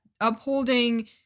Upholding